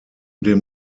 dem